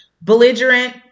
belligerent